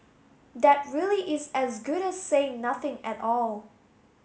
that really is as good as saying nothing at all